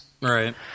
Right